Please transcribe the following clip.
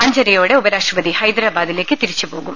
അഞ്ചര യോടെ ഉപരാഷ്ട്രപതി ഹൈദാരാബാദിലേക്ക് തിരിച്ചു പോകും